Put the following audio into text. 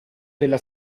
della